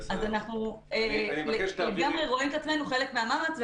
כך שאנחנו רואים את עצמנו חלק מהמאמץ.